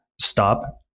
Stop